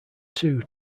two